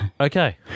okay